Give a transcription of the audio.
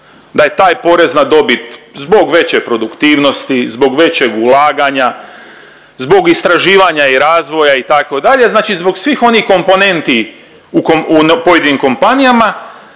da je taj porez na dobit zbog veće produktivnosti, zbog većeg ulaganja, zbog istraživanja i razloga itd. znači zbog svih onih komponenti u pojedinim kompanijama